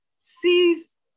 sees